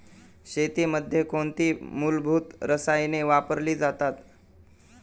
शेतीमध्ये कोणती मूलभूत रसायने वापरली जातात?